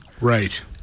right